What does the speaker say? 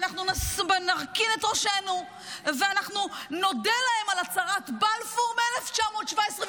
ונרכין את ראשינו ונודה להם על הצהרת בלפור מ-1917,